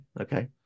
okay